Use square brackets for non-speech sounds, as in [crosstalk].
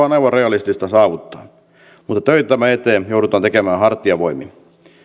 [unintelligible] on aivan realistista saavuttaa mutta töitä tämän eteen joudutaan tekemään hartiavoimin